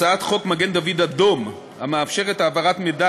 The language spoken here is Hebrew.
הצעת חוק מגן-דוד-אדום המאפשרת העברת מידע